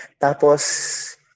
Tapos